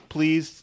Please